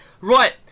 Right